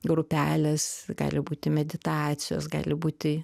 grupelės gali būti meditacijos gali būti